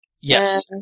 Yes